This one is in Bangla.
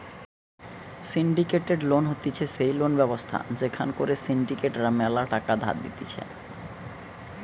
সিন্ডিকেটেড লোন হতিছে সেই লোন ব্যবস্থা যেখান করে সিন্ডিকেট রা ম্যালা টাকা ধার দিতেছে